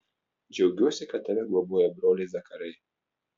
džiaugiuosi kad tave globoja broliai zakarai